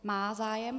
Má zájem.